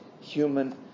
human